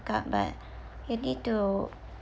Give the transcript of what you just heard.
got but you need to